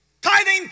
Tithing